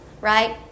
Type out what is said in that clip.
right